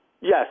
Yes